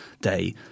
day